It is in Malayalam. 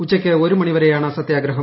ഉച്ചയ്ക്ക് ഒരു മണിവരെയാണ് സത്യഗ്രഹം